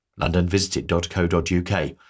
londonvisited.co.uk